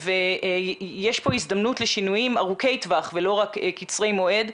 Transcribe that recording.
יש פה הזדמנות לשינויים ארוכי טווח ולא רק קצרי מועד,